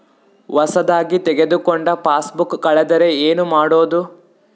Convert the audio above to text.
ಹೊಸದಾಗಿ ತೆಗೆದುಕೊಂಡ ಪಾಸ್ಬುಕ್ ಕಳೆದರೆ ಏನು ಮಾಡೋದು?